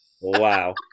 Wow